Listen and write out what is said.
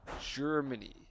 Germany